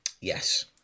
Yes